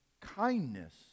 kindness